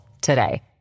today